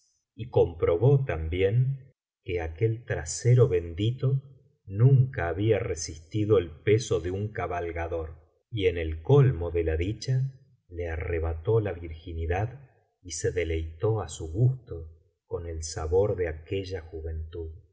y comprobó también que aquel trasero bendito nunca había resistido el peso de un cabalgador y en el colmo de la dicha le arrebató la virginidad y se deleitó á su gusto con el sabor de aquella juventud